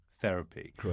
Therapy